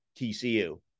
TCU